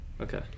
Okay